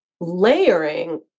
Layering